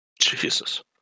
Jesus